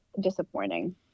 disappointing